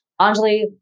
Anjali